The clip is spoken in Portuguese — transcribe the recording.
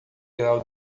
grau